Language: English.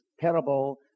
parable